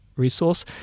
resource